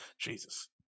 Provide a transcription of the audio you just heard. Jesus